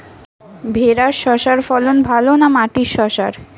ভেরার শশার ফলন ভালো না মাটির শশার?